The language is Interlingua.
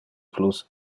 plus